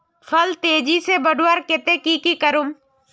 फल तेजी से बढ़वार केते की की करूम?